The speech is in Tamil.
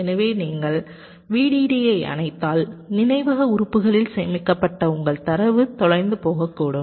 எனவே நீங்கள் VDD ஐ அணைத்தால் நினைவக உறுப்புகளில் சேமிக்கப்பட்ட உங்கள் தரவு தொலைந்து போகக்கூடும்